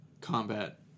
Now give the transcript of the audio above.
combat